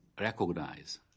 recognize